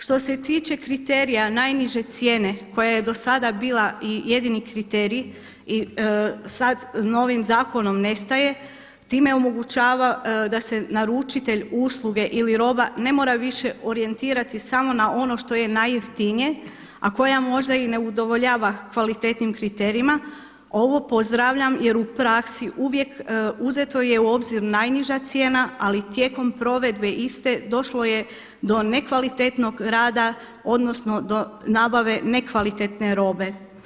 Što se tiče kriterija najniže cijene koja je do sada bila i jedini kriterij i sad novim zakonom nestaje time omogućava da se naručitelj usluge ili roba ne mora više orijentirati samo na ono što je najjeftinije, a koja možda i ne udovoljava kvalitetnim kriterijima ovo pozdravljam jer u praksi uvijek uzeto je u obzir najniža cijena, ali tijekom provedbe iste došlo je do nekvalitetnog rada, odnosno do nabave nekvalitetne robe.